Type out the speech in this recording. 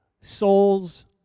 Souls